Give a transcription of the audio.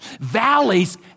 Valleys